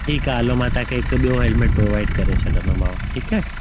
ठीक आहे हलो मां तव्हांखे हिक ॿियो हेलमेट प्रोवाइड करे छॾींदोमाव ठीकु आहे